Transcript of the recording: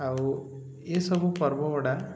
ଆଉ ଏସବୁ ପର୍ବଗୁଡ଼ା